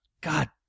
God